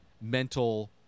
mental